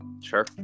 sure